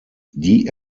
die